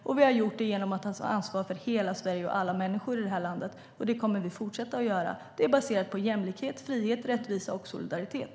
Och vi har också tagit ansvar för hela Sverige och alla människor i det här landet. Det kommer vi att fortsätta göra. Det är baserat på jämlikhet, frihet, rättvisa och solidaritet.